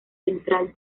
central